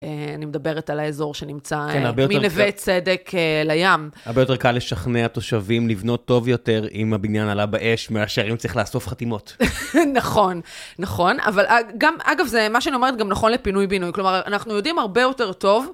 אני מדברת על האזור שנמצא, מנווה צדק לים. הרבה יותר קל לשכנע תושבים לבנות טוב יותר עם הבניין עלה באש מאשר אם צריך לאסוף חתימות. נכון, נכון, אבל גם, אגב, זה מה שאני אומרת, גם נכון לפינוי בינוי. כלומר, אנחנו יודעים הרבה יותר טוב...